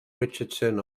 richardson